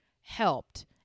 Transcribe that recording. helped